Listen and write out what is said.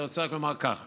אני רוצה רק לומר כך: